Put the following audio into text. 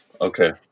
okay